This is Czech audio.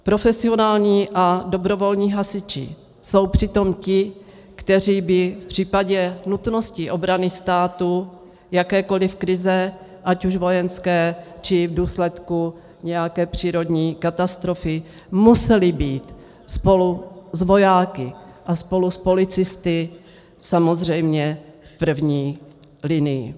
Profesionální a dobrovolní hasiči jsou přitom ti, kteří by v případě nutnosti obrany státu, jakékoliv krize, ať už vojenské, či v důsledku nějaké přírodní katastrofy, museli být spolu s vojáky a spolu s policisty samozřejmě v první linii.